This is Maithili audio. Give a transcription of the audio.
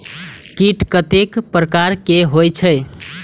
कीट कतेक प्रकार के होई छै?